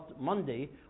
Monday